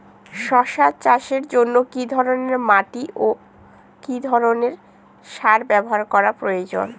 শশা চাষের জন্য কি ধরণের মাটি ও কি ধরণের সার ব্যাবহার করা প্রয়োজন?